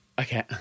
okay